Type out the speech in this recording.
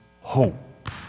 hope